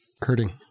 hurting